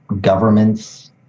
governments